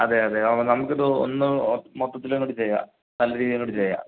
അതെ അതെ അപ്പം നമുക്കിത് ഒന്നു മൊത്തത്തില് നമുക്ക് ചെയ്യാം നല്ല രീതിയിൽ അങ്ങട് ചെയ്യാം